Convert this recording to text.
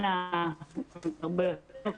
--- מעכבים